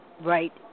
right